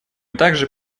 также